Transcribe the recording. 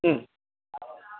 ம்